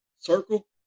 Circle